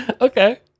Okay